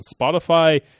spotify